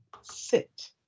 sit